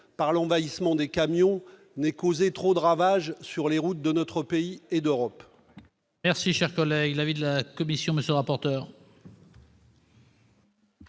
par l'envahissement des camions n'ait causé trop de ravages sur les routes de France et d'Europe.